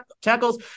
tackles